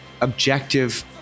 objective